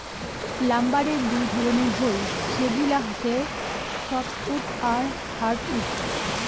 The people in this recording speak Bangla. লাম্বারের দুই ধরণের হই, সেগিলা হসে সফ্টউড আর হার্ডউড